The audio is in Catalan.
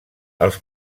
els